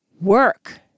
work